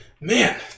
Man